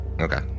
Okay